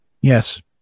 Yes